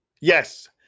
Yes